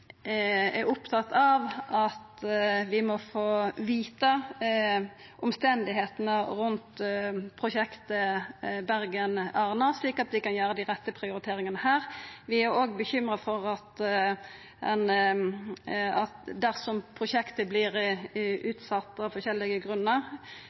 opptatt av at vi må få vita omstenda rundt prosjektet Bergen–Arna, slik at vi kan gjera dei rette prioriteringane her. Vi er òg bekymra for at dersom prosjektet